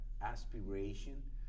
aspiration